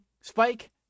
spike